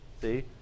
see